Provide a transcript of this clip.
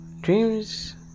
Dreams